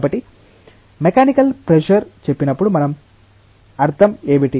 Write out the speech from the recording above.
కాబట్టి mechanical pressure చెప్పినప్పుడు మనం అర్థం ఏమిటి